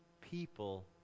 people